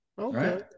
Okay